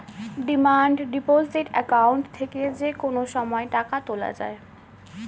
demand deposit account থেকে যে কোনো সময় টাকা তোলা যায়